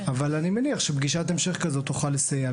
אני מניח שפגישת המשך כזאת תוכל לסייע.